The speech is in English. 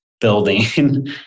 building